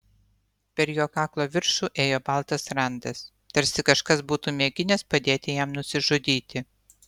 per jo kaklo viršų ėjo baltas randas tarsi kažkas būtų mėginęs padėti jam nusižudyti